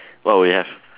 what will you have